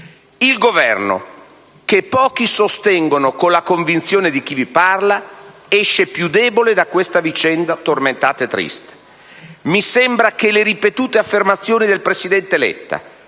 Il Governo, che pochi sostengono con la convinzione di chi vi parla, esce più debole da questa vicenda tormentata e triste. Mi sembra che le ripetute affermazioni del presidente Letta,